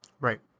Right